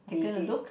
taken a look